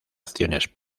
acciones